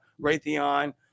Raytheon